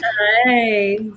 Hi